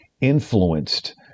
influenced